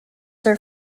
their